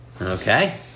Okay